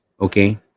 Okay